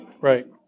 Right